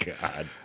God